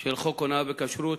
של חוק הונאה בכשרות.